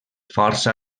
força